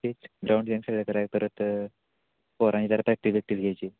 तेच ग्राउंड बींड सगळं कराय परत पोरांची जरा प्रॅक्टिस बिक्टिस घ्यायची